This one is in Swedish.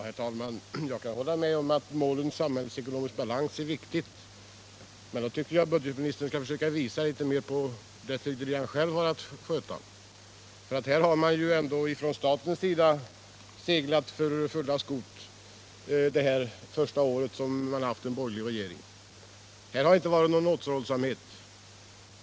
Herr talman! Jag kan hålla med om att målet samhällsekonomisk balans är viktigt. Men då tycker jag att budgetministern skall försöka visa litet mer vilja på de sidor som han själv har att sköta. Och här har man ju ändå från statens sida seglat för fulla segel detta första år som vi har haft en borgerlig regering. Här har det inte varit någon återhållsamhet.